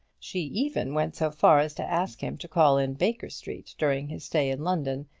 she even went so far as to ask him to call in baker street during his stay in london,